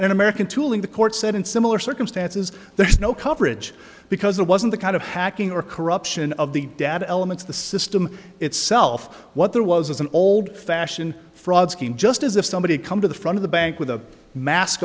in american tooling the court said in similar circumstances there is no coverage because there wasn't the kind of hacking or corruption of the data elements the system itself what there was is an old fashioned fraud scheme just as if somebody come to the front of the bank with a mask